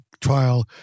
trial